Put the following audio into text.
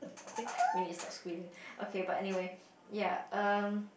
we need to stop screaming okay but anyway ya um